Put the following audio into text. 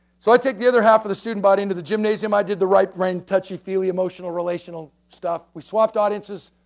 so i took the other half of the student body into the gymnasium. i did the right brain touchy-feely emotional, relational stuff. we swapped audiences,